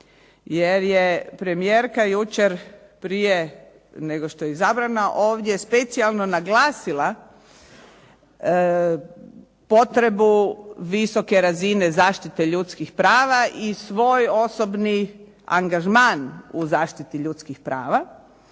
Jer je premijerka jučer prije nego što je izabrana ovdje specijalno naglasila potrebu visoke razine zaštite ljudskih prava i svoj osobni angažman u zaštitu ljudskih prava.